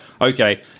okay